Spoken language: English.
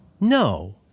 No